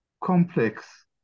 complex